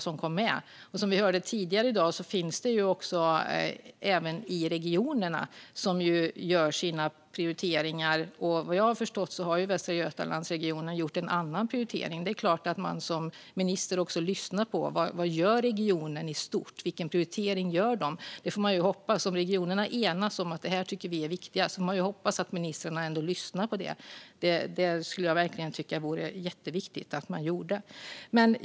Som vi hörde tidigare i dag handlar det även om regionerna, som ju gör sina prioriteringar. Vad jag har förstått har Västra Götalandsregionen gjort en annan prioritering, och det är klart att man som minister lyssnar på vad regionerna i stort gör. Vilken prioritering gör de? Om regionerna enas om något de tycker är viktigt får vi ändå hoppas att ministern lyssnar på dem. Det tycker jag är jätteviktigt att man gör.